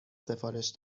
سفارش